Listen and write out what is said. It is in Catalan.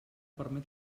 permet